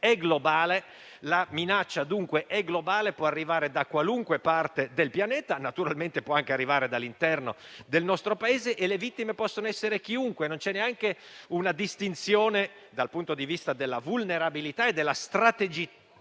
globale, la minaccia dunque è globale, può arrivare da qualunque parte del pianeta, naturalmente può anche arrivare dall'interno del nostro Paese e la vittima può essere chiunque. Non c'è neanche una distinzione dal punto di vista della vulnerabilità e della strategicità